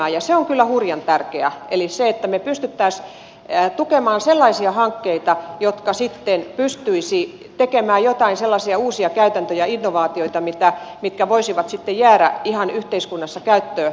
se on kyllä hurjan tärkeää eli se että me pystyisimme tukemaan sellaisia hankkeita jotka sitten pystyisivät tekemään joitain sellaisia uusia käytäntöjä innovaatioita mitkä voisivat sitten jäädä ihan yhteiskunnassa käyttöön